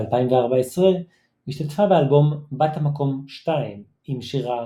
ב-2014 השתתפה באלבום "בת המקום 2" עם שירה